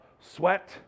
sweat